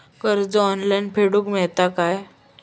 कर्ज ऑनलाइन फेडूक मेलता काय?